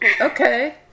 Okay